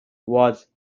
was